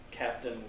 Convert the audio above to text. Captain